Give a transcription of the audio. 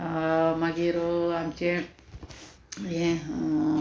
मागीर आमचे हे